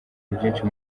byinshi